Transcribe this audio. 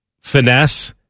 finesse